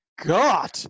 god